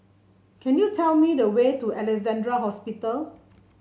can you tell me the way to Alexandra Hospital